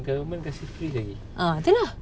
government kasih free leh nak minta dia orang pakai